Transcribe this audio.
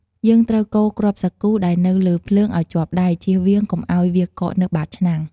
យើងត្រូវកូរគ្រាប់សាគូ ដែលនៅលើភ្លើងឲ្យជាប់ដៃ ជៀសវាងកុំឲ្យវាកកនៅបាតឆ្នាំង។